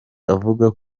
avuga